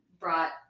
brought